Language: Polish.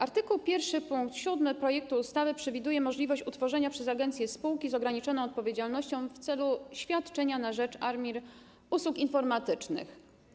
Art. 1 pkt 7 projektu ustawy przewiduje możliwość utworzenia przez agencję spółki z ograniczoną odpowiedzialnością w celu świadczenia na rzecz ARiMR usług informatycznych.